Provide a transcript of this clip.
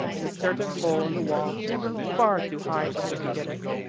in a certain hole in the wall far too high for him to get at.